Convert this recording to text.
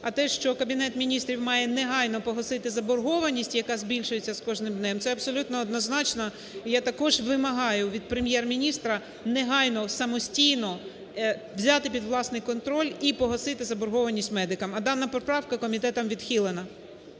А те, що Кабінет Міністрів має негайно погасити заборгованість, яка збільшується з кожним днем, це абсолютно однозначно. І я також вимагаю від Прем'єр-міністра негайно самостійно взяти під власний контроль і погасити заборгованість медикам. А дана поправка комітетом відхилена.